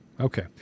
Okay